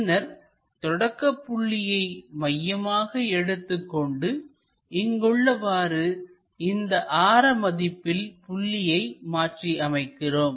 பின்னர் தொடக்கப் புள்ளியை மையமாக எடுத்துக்கொண்டு இங்கு உள்ளவாறு இந்த ஆர மதிப்பில் புள்ளியை மாற்றி அமைக்கிறோம்